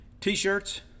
t-shirts